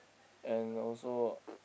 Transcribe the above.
and also